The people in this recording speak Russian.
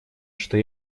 что